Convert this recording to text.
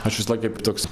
aš visąlaik kaip toks